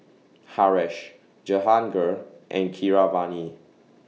Haresh Jehangirr and Keeravani